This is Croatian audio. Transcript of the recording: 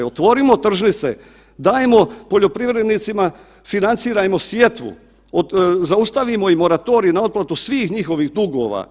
Otvorimo tržnice, dajmo poljoprivrednicima, financirajmo sjetvu, zaustavimo i moratorij na otplatu svih njihovih dugova.